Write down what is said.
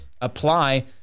apply